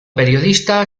periodista